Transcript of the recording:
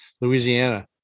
Louisiana